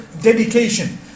dedication